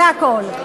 זה הכול.